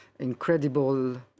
incredible